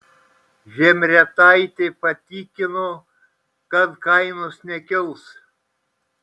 žemrietaitė patikino kad kainos nekils